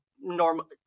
normal –